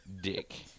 Dick